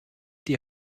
die